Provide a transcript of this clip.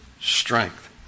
strength